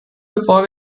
bevor